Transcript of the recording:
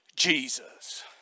Jesus